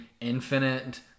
infinite